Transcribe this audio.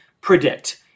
predict